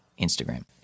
Instagram